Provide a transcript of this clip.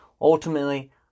ultimately